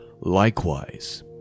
Likewise